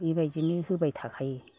बेबायदिनो होबाय थाखायो